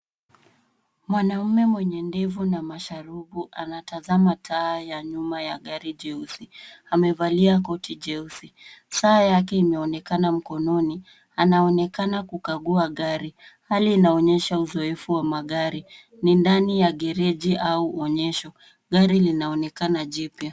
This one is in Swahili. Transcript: Mwanaume mwenye ndevu na masharubu anatazama taa ya nyuma ya gari jeusi. Amevalia koti jeusi. Saa yake imeonekana mkononi. Anaonekana kukagua gari. Hali inaonyesha uzoefu wa gari. Ni ndani ya gereji au onyesho. Gari linaonekana jipya.